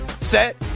set